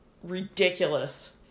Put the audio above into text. ridiculous